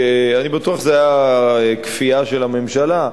אני בטוח שזה היה כפייה של הממשלה,